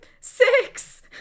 six